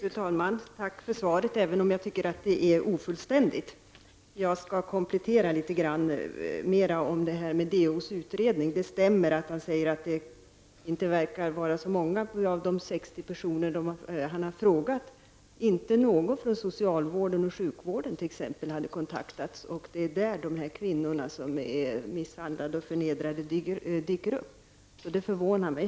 Fru talman! Tack för svaret, även om jag tycker att det är ofullständigt. Jag skall komplettera en del angående DOs utredning. Det stämmer att han säger att det inte verkar vara så många av de 60 personer som han har frågat som hade kontaktats -- inte någon från t.ex. socialvården och sjukvården. Och det är ju där som dessa kvinnor som misshandlats och förnedrats dyker upp. Detta förvånar mig.